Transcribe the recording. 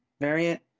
variant